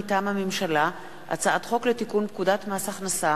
מטעם הממשלה: הצעת חוק לתיקון פקודת מס הכנסה